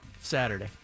Saturday